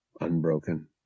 unbroken